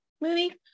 movie